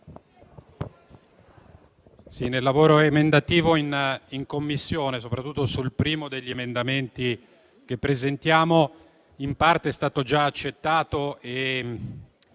nel lavoro emendativo in Commissione il primo degli emendamenti che presentiamo in parte è stato già accettato e